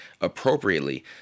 appropriately